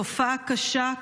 תופעה קשה,